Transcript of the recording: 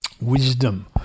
wisdom